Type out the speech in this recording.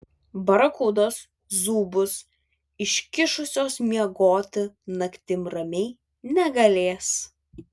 barakudos zūbus iškišusios miegoti naktim ramiai negalės